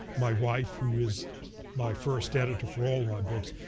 my wife, who is my first editor for all my books,